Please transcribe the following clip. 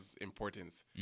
importance